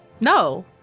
No